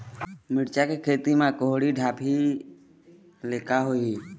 मिरचा के खेती म कुहड़ी ढापे ले का होही?